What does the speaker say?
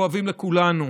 כואבים לכולנו.